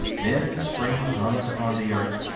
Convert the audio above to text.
then spring comes upon the earth,